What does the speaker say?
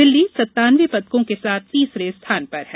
दिल्ली सत्तान्नवे पदकों के साथ तीसरे स्थान पर है